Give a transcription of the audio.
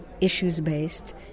issues-based